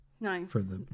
Nice